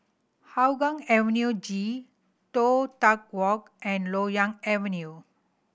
Hougang Avenue G Toh Tuck Walk and Loyang Avenue